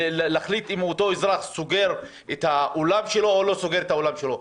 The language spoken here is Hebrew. ולהחליט אם אותו אזח סוגר את האולם שלו או לא סוגר את האולם שלו.